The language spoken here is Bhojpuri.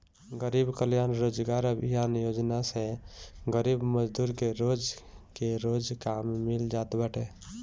गरीब कल्याण रोजगार अभियान योजना से गरीब मजदूर के रोज के रोज काम मिल जात बाटे